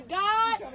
god